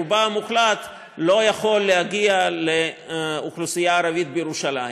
רובה המוחלט לא יכול להגיע לאוכלוסייה הערבית בירושלים?